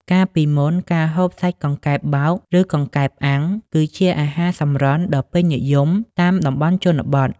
កាលពីមុន ការហូបសាច់កង្កែបបោក ឬកង្កែបអាំង គឺជាអាហារសម្រន់ដ៏ពេញនិយមតាមតំបន់ជនបទ។